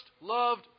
loved